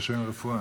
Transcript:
רישיון רפואה?